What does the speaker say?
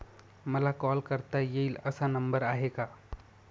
मला कॉल करता येईल असा नंबर आहे का?